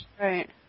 Right